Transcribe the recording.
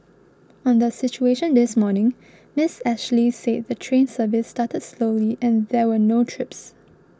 on the situation this morning Ms Ashley said the train service started slowly and there were no trips